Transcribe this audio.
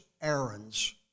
errands